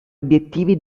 obiettivi